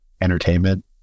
entertainment